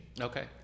Okay